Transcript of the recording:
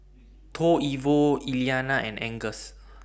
Toivo Iliana and Angus